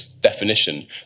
definition